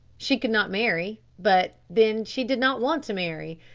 she could not marry, but then she did not want to marry.